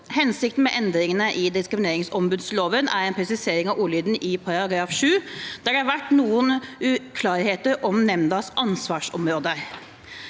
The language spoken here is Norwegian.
Hensikten med endringene i diskrimineringsombudsloven er en presisering av ordlyden i § 7, der det har vært noen uklarheter om nemndas ansvarsområder.